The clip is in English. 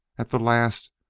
at the last,